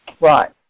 Right